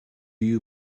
you